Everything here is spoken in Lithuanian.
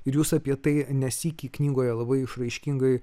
ir jūs apie tai ne sykį knygoje labai išraiškingai